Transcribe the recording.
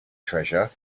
treasure